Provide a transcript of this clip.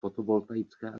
fotovoltaické